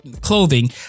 clothing